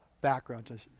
backgrounds